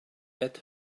add